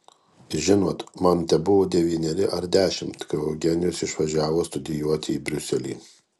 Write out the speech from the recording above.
žinot man tebuvo devyneri ar dešimt kai eugenijus išvažiavo studijuoti į briuselį